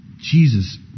Jesus